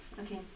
Okay